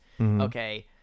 okay